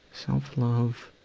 self-love,